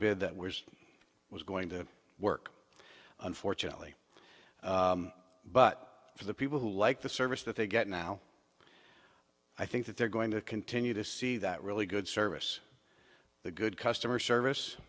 bid that wears was going to work unfortunately but for the people who like the service that they get now i think that they're going to continue to see that really good service the good customer service